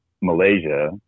Malaysia